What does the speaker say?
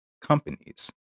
companies